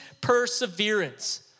perseverance